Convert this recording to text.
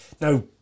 now